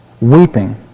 weeping